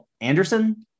Anderson